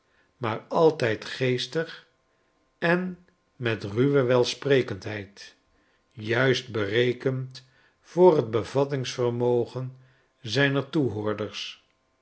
maar altijd geestig en met ru we welsprekendheid juist berekend voor t bevattingsvermogen zijner toehoorders